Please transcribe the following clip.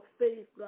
faith